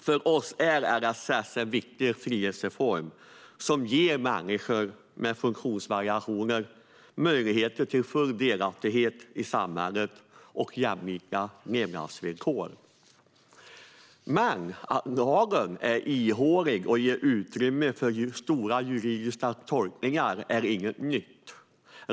För oss är LSS en viktig frihetsreform som ger människor med funktionsvariationer möjligheter till full delaktighet i samhället och jämlika levnadsvillkor. Men att lagen är ihålig och ger utrymme för stora juridiska tolkningar är inte nytt.